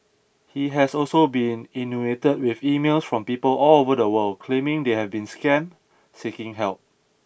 he has also been inundated with emails from people all over the world claiming they have been scammed seeking help